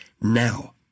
now